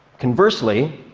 conversely,